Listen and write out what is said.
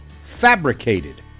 fabricated